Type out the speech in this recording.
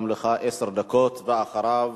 גם לך עשר דקות, ואחריו,